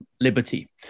liberty